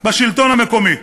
בשלטון המקומי,